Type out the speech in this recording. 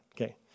Okay